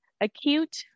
acute